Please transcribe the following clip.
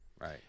Right